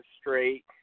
straight